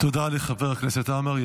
תודה לחבר הכנסת עמאר.